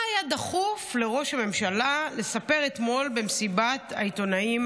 מה היה דחוף לראש הממשלה לספר אתמול לאומה במסיבת העיתונאים?